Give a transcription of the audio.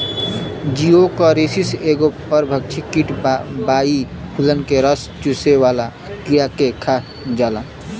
Geocoris एगो परभक्षी कीट बा इ फूलन के रस चुसेवाला कीड़ा के खा जाला